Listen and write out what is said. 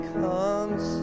comes